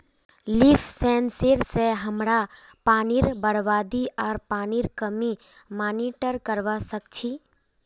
leaf sensor स हमरा पानीर बरबादी आर पानीर कमीक मॉनिटर करवा सक छी